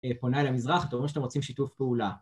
פונה אל המזרח, אתה אומר שאתם רוצים שיתוף פעולה